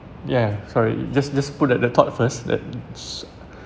yeah sorry just just put at the top first that